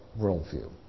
worldview